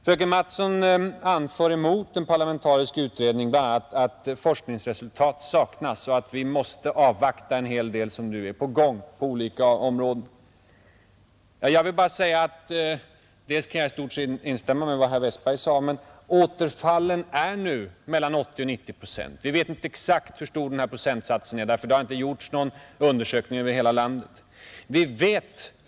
Mot en parlamentarisk utredning anför fröken Mattson bl.a. att forskningsresultat saknas och att vi måste avvakta en hel del som nu är på gång på olika områden. Jag kan i stort sett instämma i vad herr Westberg sade. Återfallen är nu mellan 80 och 90 procent. Vi vet inte exakt hur stor denna procentsats är därför att det inte har gjorts någon undersökning över hela landet.